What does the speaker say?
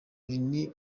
ibiri